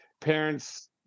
Parents